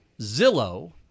Zillow